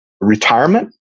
retirement